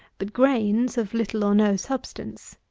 but grains of little or no substance.